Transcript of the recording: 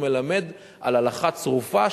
הוא מלמד על הלכה צרופה,